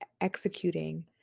executing